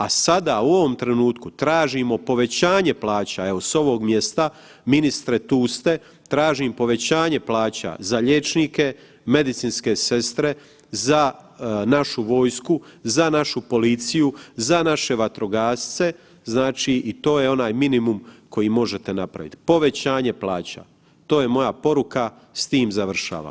A sada u ovom trenutku tražimo povećanje plaća, evo s ovom mjesta, ministre tu ste, tražim povećanje plaća za liječnike, medicinske sestre, za našu vojsku, za našu policiju, za naše vatrogasce, znači i to je onaj minimum koji možete napravit, povećanje plaća, to je moja poruka, s tim završavam.